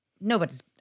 Nobody's